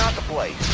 the player